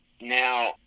Now